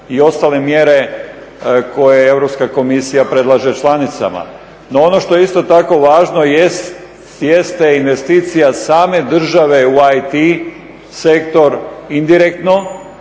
i ostale mjere koje Europska komisija predlaže članicama. No ono što je isto tako važno jeste investicija same države u IT sektor indirektno.